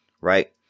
Right